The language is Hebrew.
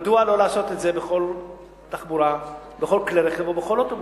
מדוע לא לעשות את זה בכל כלי רכב ובכל אוטובוס?